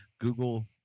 google